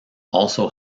also